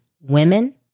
women